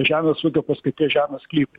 žemės ūkio paskirties žemės sklypai